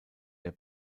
der